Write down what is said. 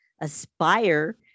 aspire